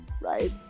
right